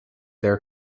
their